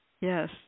Yes